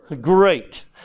Great